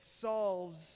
solves